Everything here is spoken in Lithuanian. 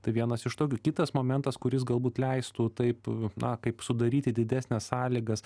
tai vienas iš tokių kitas momentas kuris galbūt leistų taip na kaip sudaryti didesnes sąlygas